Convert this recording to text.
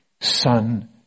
son